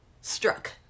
struck